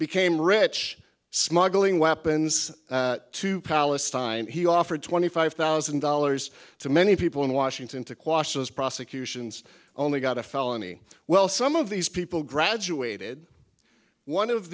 became rich smuggling weapons to palestine and he offered twenty five thousand dollars to many people in washington to quash those prosecutions only got a felony well some of these people graduated one of